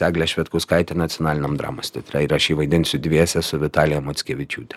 eglė švedkauskaitė nacionaliniam dramos teatre ir aš jį vaidinsiu dviese su vitalija mockevičiūte